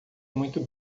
muito